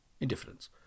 Indifference